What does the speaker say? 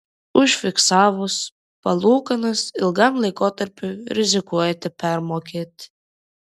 užfiksavus palūkanas ilgam laikotarpiui rizikuojate permokėti